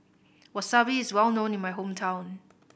wasabi is well known in my hometown